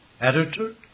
Editor